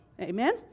Amen